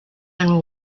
and